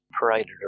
paraded